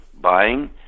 buying